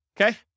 Okay